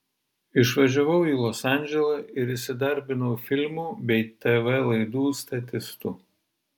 išvažiavau į los andželą ir įsidarbinau filmų bei tv laidų statistu